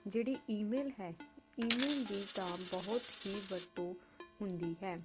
ਜਿਹੜੀ ਈਮੇਲ ਹੈ ਈਮੇਲ ਦੀ ਤਾਂ ਬਹੁਤ ਹੀ ਵਰਤੋਂ ਹੁੰਦੀ ਹੈ